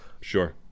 Sure